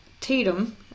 Tatum